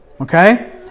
Okay